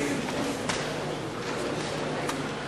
(חברי הכנסת מכבדים בקימה